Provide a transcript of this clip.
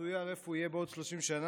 מצויר איפה הוא יהיה בעוד 30 שנה.